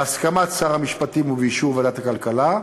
בהסכמת שר המשפטים ובאישור ועדת הכלכלה,